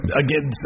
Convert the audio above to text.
again